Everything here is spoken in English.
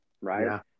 Right